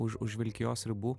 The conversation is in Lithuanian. už už vilkijos ribų